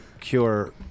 cure